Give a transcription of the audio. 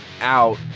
out